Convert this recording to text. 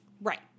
right